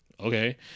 Okay